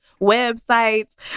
websites